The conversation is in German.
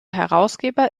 herausgeber